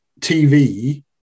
TV